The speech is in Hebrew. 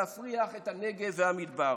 להפריח את הנגב והמדבר.